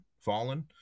fallen